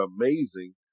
amazing